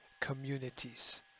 communities